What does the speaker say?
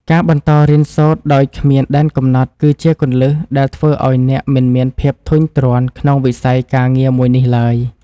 ការបន្តរៀនសូត្រដោយគ្មានដែនកំណត់ គឺជាគន្លឹះដែលធ្វើឱ្យអ្នកមិនមានភាពធុញទ្រាន់ក្នុងវិស័យការងារមួយនេះឡើយ។